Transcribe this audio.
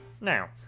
now